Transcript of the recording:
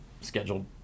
scheduled